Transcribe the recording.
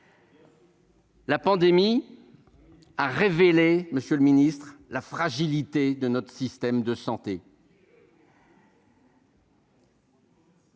La pandémie a révélé, monsieur le ministre, la fragilité de notre système de santé.